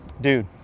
Dude